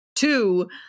Two